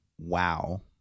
wow